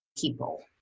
people